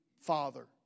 father